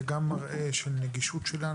זה גם מראה על הנגישות שלנו.